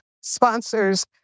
sponsors